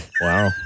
Wow